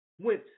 went